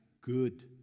good